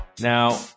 Now